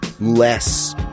less